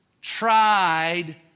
tried